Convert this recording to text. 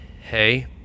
Hey